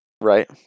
right